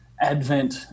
Advent